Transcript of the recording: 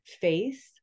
face